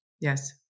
Yes